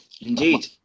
indeed